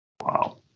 Wow